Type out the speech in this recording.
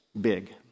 big